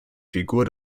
figur